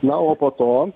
na o po to